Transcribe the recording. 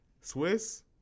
Swiss